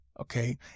okay